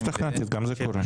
לא השתכנעתי, גם זה קורה.